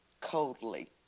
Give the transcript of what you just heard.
coldly